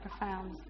profound